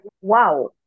wow